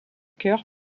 chœur